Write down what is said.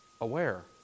aware